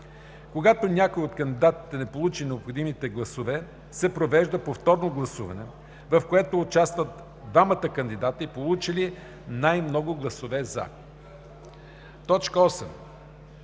Когато никой от кандидатите не получи необходимите гласове, се провежда повторно гласуване, в което участват двамата кандидати, получили най-много гласове „за“. 8.